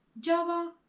Java